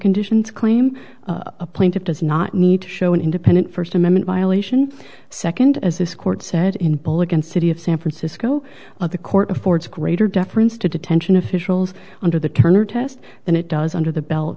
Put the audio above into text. condition to claim a plaintiff does not need to show an independent first amendment violation second as this court said in bullock and city of san francisco of the court affords greater deference to detention officials under the turner test than it does under the belt